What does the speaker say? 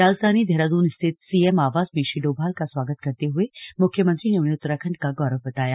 राजधानी देहरादून स्थित सीएम आवास में श्री डोभाल का स्वागत करते हुए मुख्यमंत्री ने उन्हें उत्तराखंड का गौरव बताया